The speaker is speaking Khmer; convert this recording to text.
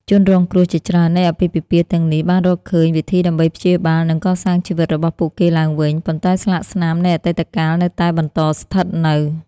ជនរងគ្រោះជាច្រើននៃអាពាហ៍ពិពាហ៍ទាំងនេះបានរកឃើញវិធីដើម្បីព្យាបាលនិងកសាងជីវិតរបស់ពួកគេឡើងវិញ ប៉ុន្តែស្លាកស្នាមនៃអតីតកាលនៅតែបន្តស្ថិតនៅ។